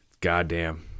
Goddamn